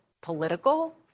political